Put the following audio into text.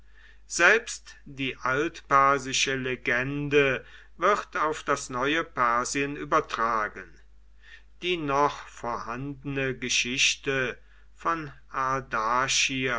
selbst die altpersische legende wird auf das neue persien übertragen die noch vorhandene geschichte von